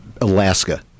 Alaska